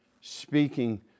speaking